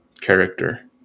character